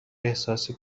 احساسی